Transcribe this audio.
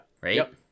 Right